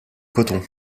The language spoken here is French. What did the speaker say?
coton